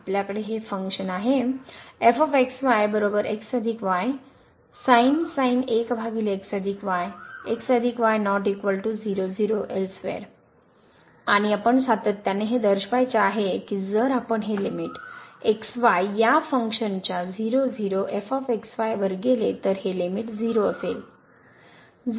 तर आपल्याकडे हे फंक्शन येथे आहे आणि आपण सातत्याने हे दर्शवायचे आहे की जर आपण हे लिमिट x y या फंक्शनच्या 0 0 f x y वर गेले तर हे लिमिट 0 असेल